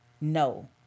no